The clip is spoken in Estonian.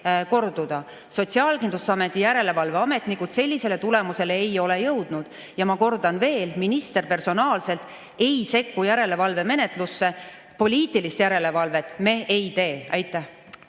korduda. Sotsiaalkindlustusameti järelevalveametnikud sellisele tulemusele ei ole jõudnud. Ma kordan veel: minister personaalselt ei sekku järelevalvemenetlusse, poliitilist järelevalvet me ei tee.